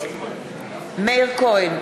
מאיר כהן,